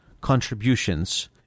contributions